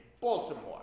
Baltimore